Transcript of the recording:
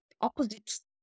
opposites